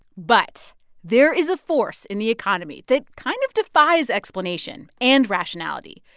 but there is a force in the economy that kind of defies explanation and rationality.